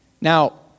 Now